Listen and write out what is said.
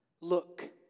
Look